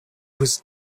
was